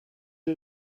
sie